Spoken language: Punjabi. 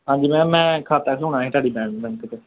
ਹਾਂਜੀ ਮੈਮ ਮੈਂ ਖਾਤਾ ਖੁਲਾਉਣਾ ਹੈ ਤੁਹਾਡੀ ਬੈਂਕ 'ਚ